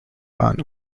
waren